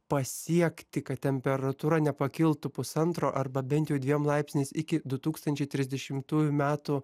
pasiekti kad temperatūra nepakiltų pusantro arba bent jau dviem laipsniais iki du tūkstančiai trisdešimtųjų metų